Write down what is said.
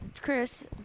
Chris